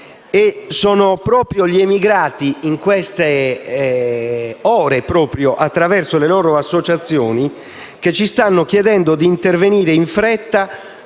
Sono proprio gli emigrati che, in queste ore, attraverso le loro associazioni, ci stanno chiedendo di intervenire in fretta